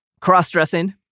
Cross-dressing